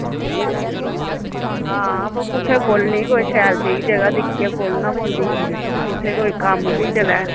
हां पर कु'त्थें खोलनी कोई शैल जेही जगह दिक्खियै खोलना पौंदी जित्थें कोई कम्म बी चलै